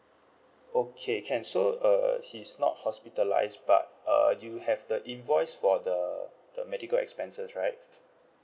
okay can so err he's not hospitalised but err you have the invoice for the the medical expenses right